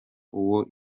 uwo